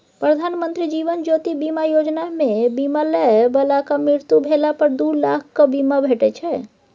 प्रधानमंत्री जीबन ज्योति बीमा योजना मे बीमा लय बलाक मृत्यु भेला पर दु लाखक बीमा भेटै छै